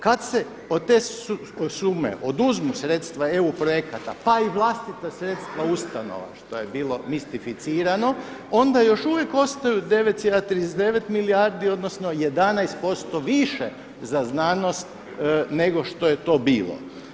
Kad se od te sume oduzmu EU projekata pa i vlastita sredstva ustanova što je bilo mistificirano onda još uvijek ostaju 9,39 milijardi odnosno 11% više za znanost nego što je to bilo.